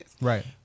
Right